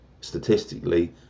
statistically